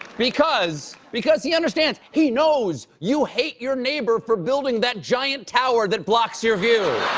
because, because, he understands, he knows you hate your neighbor for building that giant tower that blocks your view.